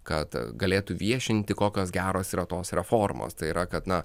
kad galėtų viešinti kokios geros yra tos reformos tai yra kad na